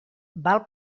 val